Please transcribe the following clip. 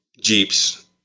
jeeps